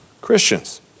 Christians